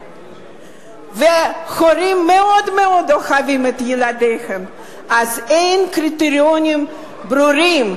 וההורים מאוד אוהבים את ילדיהם אז אין קריטריונים ברורים,